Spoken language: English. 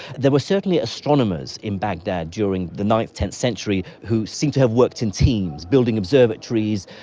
there were certainly astronomers in baghdad during the ninth, tenth century who seemed to have worked in teams, building observatories,